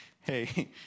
hey